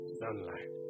sunlight